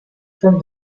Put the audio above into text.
from